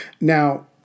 Now